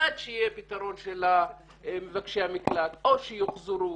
עד שיהיה פתרון של מבקשי המקלט או שיוחזרו,